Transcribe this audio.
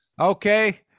Okay